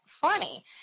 funny